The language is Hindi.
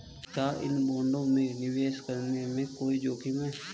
क्या इन बॉन्डों में निवेश करने में कोई जोखिम है?